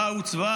בה עוצבה